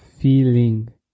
feeling